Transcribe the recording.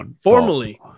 formally